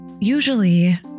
usually